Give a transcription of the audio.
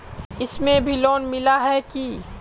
इसमें भी लोन मिला है की